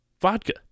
vodka